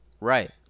Right